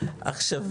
כשלב